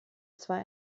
zwei